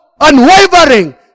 Unwavering